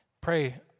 pray